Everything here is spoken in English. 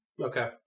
Okay